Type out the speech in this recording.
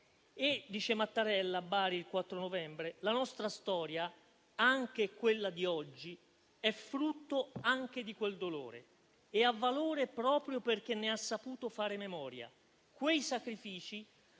presidente Mattarella a Bari il 4 novembre: la nostra storia, anche quella di oggi, è frutto anche di quel dolore e ha valore proprio perché ne ha saputo fare memoria. Quei sacrifici